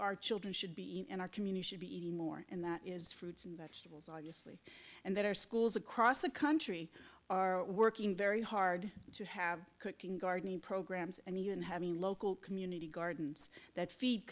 our children should be in and our community should be eating more and that is fruits and vegetables obviously and that our schools across the country are working very hard to have cooking gardening programs and even having local community gardens that feed